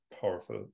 powerful